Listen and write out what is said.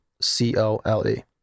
C-O-L-E